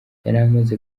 yamaze